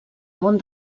món